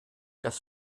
das